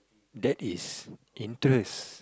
that is interest